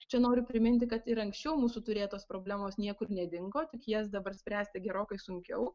čia noriu priminti kad ir anksčiau mūsų turėtos problemos niekur nedingo tik jas dabar spręsti gerokai sunkiau